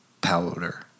powder